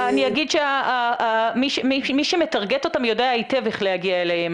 אני אגיד שמי שמטרגט אותם יודע היטב איך להגיע אליהם,